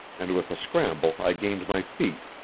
and with a scramble i gained my feet,